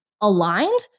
aligned